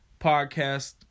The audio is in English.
podcast